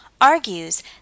argues